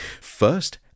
First